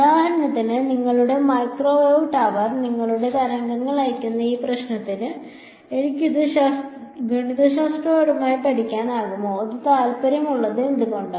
ഉദാഹരണത്തിന് നിങ്ങളുടെ microwave tower നിങ്ങളുടെ തരംഗങ്ങൾ അയയ്ക്കുന്ന ഈ പ്രശ്നത്തിന് എനിക്ക് ഇത് ഗണിതശാസ്ത്രപരമായി പഠിക്കാനാകുമോ അത് താൽപ്പര്യമുള്ളത് എന്തുകൊണ്ട്